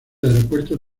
aeropuerto